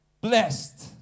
blessed